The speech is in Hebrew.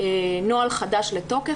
נוהל חדש לתוקף.